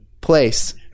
place